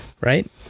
Right